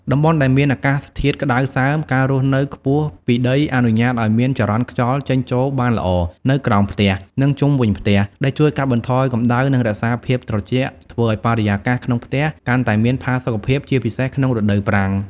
តំបន់ដែលមានអាកាសធាតុក្តៅសើម ការរស់នៅខ្ពស់ពីដីអនុញ្ញាតឱ្យមានចរន្តខ្យល់ចេញចូលបានល្អនៅក្រោមផ្ទះ និងជុំវិញផ្ទះ ដែលជួយកាត់បន្ថយកម្ដៅ និងរក្សាភាពត្រជាក់ ធ្វើឱ្យបរិយាកាសក្នុងផ្ទះកាន់តែមានផាសុកភាព ជាពិសេសក្នុងរដូវប្រាំង ។